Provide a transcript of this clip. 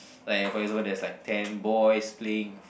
like for example there's like ten boys playing